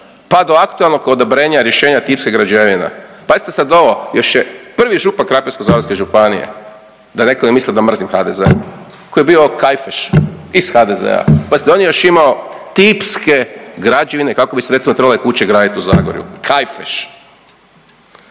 pa do aktualnog odobrenja rješenja tipskih građevina. Pazite sad ovo, još je prvi župan Krapinsko-zagorske županije da netko ne misli da mrzim HDZ koji je bio Kajfeš iz HDZ-a. Pazite on je još imao tipske građevine kako bi se trebale graditi kuće u Zagrebu. Kajfeš!